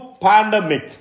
pandemic